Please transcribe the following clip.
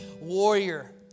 warrior